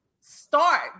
start